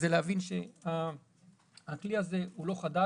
אבל מה שחשוב זה להבין שהכלי הזה הוא לא חדש.